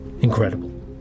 Incredible